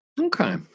okay